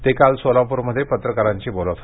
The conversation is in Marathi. ते काल सोलाप्रमध्ये पत्रकारांशी बोलत होते